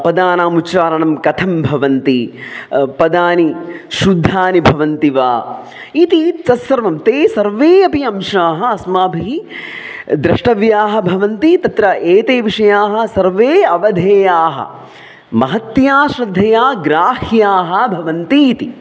पदानाम् उच्चारणं कथं भवन्ति पदानि शुद्धानि भवन्ति वा इति तत्सर्वं ते सर्वे अपि अंशाः अस्माभिः द्रष्टव्याः भवन्ति तत्र एते विषयाः सर्वे अवधेयाः महत्या श्रद्धया ग्राह्याः भवन्ति इति